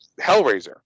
Hellraiser